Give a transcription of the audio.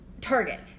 Target